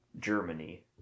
germany